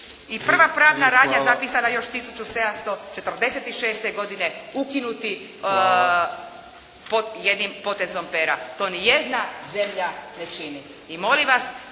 i prva pravna radnja zapisana još 1746. godine ukinuti pod jednim potezom pera. To ni jedna zemlja ne čini. I molim vas